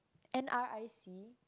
N_R_I_C